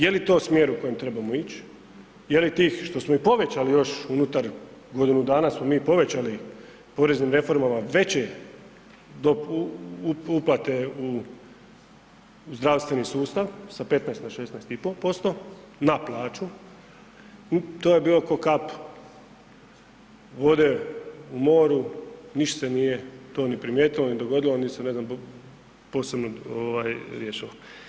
Jeli to smjer u kojem trebamo ić, jeli tih što smo i povećali još unutar godinu smo mi povećali poreznim reformama veće uplate u zdravstveni sustav sa 15 na 16,5% na plaću, to je bio ko kap vode u moru, ništa se nije to ni primijetilo, ni dogodilo niti se ne znam posebno riješilo.